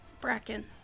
Bracken